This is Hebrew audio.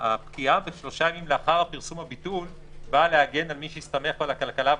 הפקיעה שלושה ימים לאחר פרסום הביטול באה להגן על מי שהסתמך על הכלכלה,